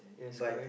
but